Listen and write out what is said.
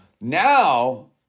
Now